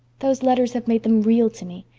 those letters have made them real to me.